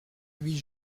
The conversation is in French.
huit